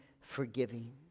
forgiving